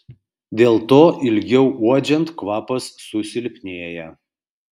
dėl to ilgiau uodžiant kvapas susilpnėja